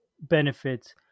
benefits